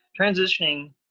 Transitioning